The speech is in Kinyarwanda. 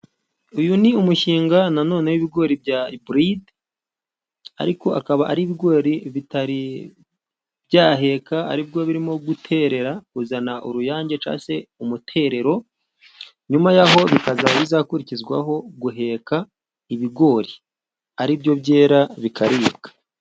Uyu ni umushinga nanone w'ibigori bya iburide, ariko akaba ari ibigori bitari byaheka, aribwo birimo guterera kuzana uruyange cyangwa se umuterero, nyuma yaho bikaba bizakurikizaho guheka ibigori ari byo byera bikaribwa.